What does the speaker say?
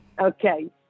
Okay